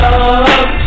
up